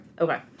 Okay